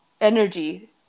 energy